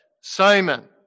Simon